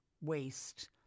waste